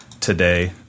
today